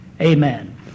amen